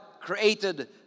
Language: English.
created